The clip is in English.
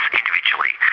individually